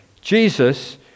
Jesus